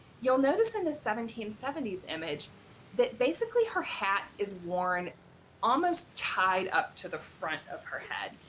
you'll notice in the seventeen seventy s image that basically her hat is worn almost tied up to the front of her head.